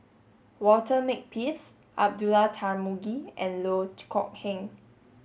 Walter Makepeace Abdullah Tarmugi and Loh Kok Heng